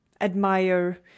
admire